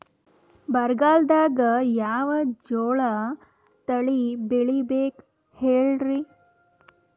ಬರಗಾಲದಾಗ್ ಯಾವ ಜೋಳ ತಳಿ ಬೆಳಿಬೇಕ ಹೇಳ್ರಿ?